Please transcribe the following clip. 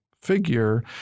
figure